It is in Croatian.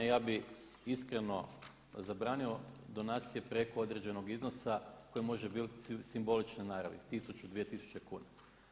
Ja bih iskreno zabranio donacije preko određenog iznosa koje može biti simbolične naravi 1000, 2000 kuna.